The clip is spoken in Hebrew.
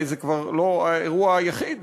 הרי זה כבר לא האירוע היחיד.